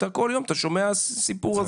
אתה שומע כל יום את הסיפור הזה.